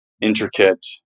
intricate